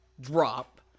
drop